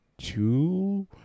two